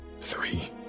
three